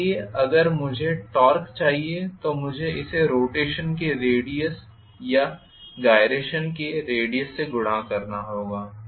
इसलिए अगर मुझे टॉर्क चाहिए तो मुझे इसे रोटेशन के रेडीयस या गाइरेशन के रेडीयस से गुणा करना होगा